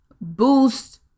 boost